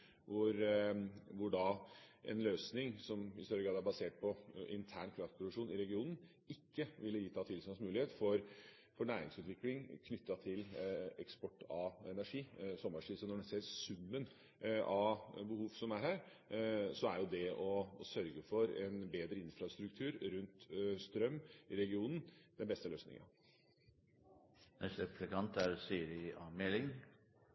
En løsning som i større grad er basert på intern kraftproduksjon i regionen, ville ikke gitt en tilsvarende mulighet for næringsutvikling knyttet til eksport av energi sommerstid. Så når en ser summen av behov som er her, er det å sørge for en bedre infrastruktur rundt strøm i regionen den beste